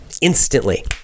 Instantly